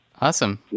Awesome